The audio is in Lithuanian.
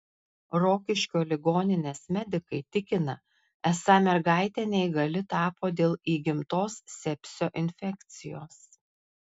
rokiškio ligoninės medikai tikina esą mergaitė neįgali tapo dėl įgimtos sepsio infekcijos